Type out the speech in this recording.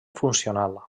funcional